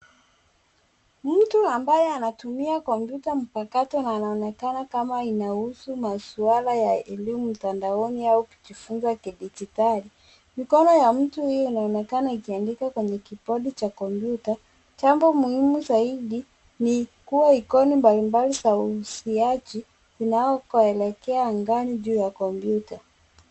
Mtu ambaye anatumia kompyuta mpakato na anaonekana kama inahusu maswala ya elimu mtandaoni au kujifunza kidijitali. Mkono ya mtu huyu inaonekana ikiandika kwenye kibodi cha kompyuta. Jambo muhimu zaidi ni kuwa ikoni mbalimbali za uhusiaji unao elekea juu ya kompyuta.